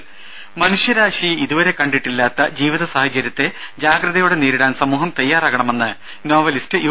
ടെട മനുഷ്യരാശി ഇതുവരെ കണ്ടിട്ടില്ലാത്ത ജീവിത സാഹചര്യത്തെ ജാഗ്രതയോടെ നേരിടാൻ സമൂഹം തയ്യാറാകണമെന്ന് നോവലിസ്റ്റ് യു